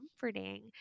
comforting